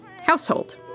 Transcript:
household